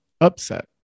upset